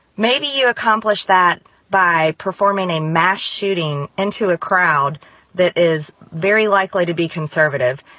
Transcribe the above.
maybe you accomplish that by performing a mass shooting into a crowd that is very likely to be conservative,